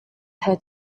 her